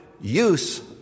use